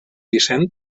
vicent